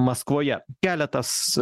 maskvoje keletas